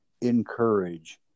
encourage